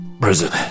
prison